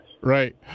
Right